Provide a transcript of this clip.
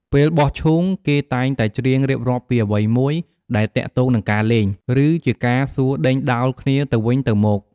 ពេលបោះឈូង គេតែងតែច្រៀងរៀបរាប់ពីអ្វីមួយដែលទាក់ទងនឹងការលេង ឬជាការសួរដេញដោលគ្នាទៅវិញទៅមក។